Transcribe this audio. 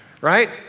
Right